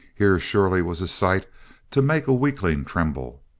here, surely, was a sight to make a weakling tremble.